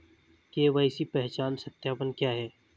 KYC पहचान सत्यापन क्या है?